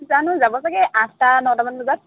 জানো যাব চাগে আঠটা নটামান বজাত